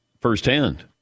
firsthand